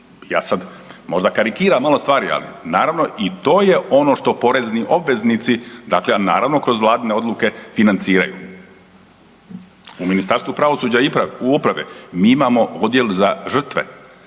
ja sad možda karikiram malo stvari, ali naravno i to je ono što porezni obveznici, kroz vladine odluke financiraju. U Ministarstvu pravosuđa i uprave mi imamo Odjel za žrtve,